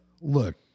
Look